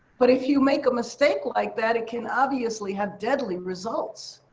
but if you make a mistake like that, it can, obviously, have deadly results.